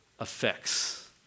effects